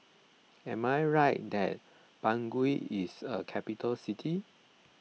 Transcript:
am I right that Bangui is a capital city